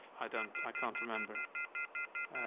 i don't, i can't remember